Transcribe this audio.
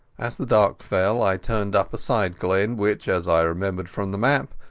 as the dark fell i turned up a side glen which, as i remember from the map,